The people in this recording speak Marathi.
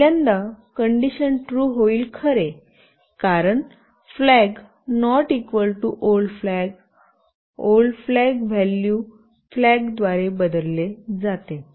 पहिल्यांदा कंडिशन ट्रू होईल खरे कारण flag not equal to old फ्लॅगold flag old flag old flag value flag द्वारे बदलले जाते